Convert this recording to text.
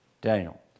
Daniel